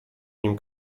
nim